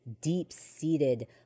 deep-seated